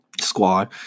squad